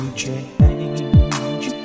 change